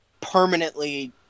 permanently